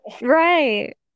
Right